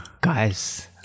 guys